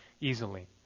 easily